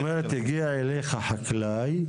זאת אומרת הגיע אליך חקלאי,